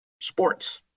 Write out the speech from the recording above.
sports